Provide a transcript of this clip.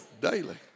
daily